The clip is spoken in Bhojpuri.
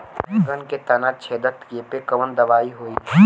बैगन के तना छेदक कियेपे कवन दवाई होई?